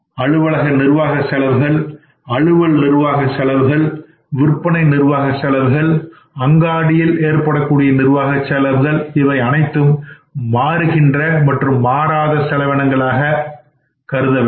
அலுவலக நிர்வாக செலவுகள் அலுவல் நிர்வாக செலவுகள் விற்பனை நிர்வாக செலவுகள் அங்காடியில் நிர்வாகச் செலவுகள் இவை அனைத்தும் மாறுகின்ற மற்றும் மாறாத செலவினங்களாக கருதவேண்டும்